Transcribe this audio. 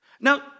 Now